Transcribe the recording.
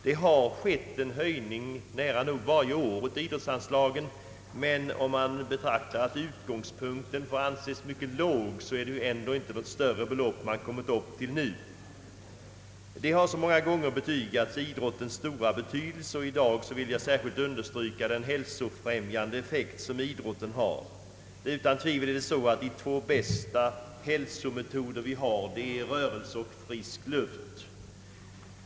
Höjningar av idrottsanslagen har gjorts nästan varje år, men eftersom utgångspunkten får anses ligga mycket lågt, har man relativt sett ändå inte kommit upp i några större belopp. Många gånger har betygats vilken stor betydelse idrotten har, och i dag vill jag särskilt understryka dess hälsofrämjande effekt. Utan tvivel är de två bästa medel vi har för att behålla vår hälsa rörelse och frisk luft.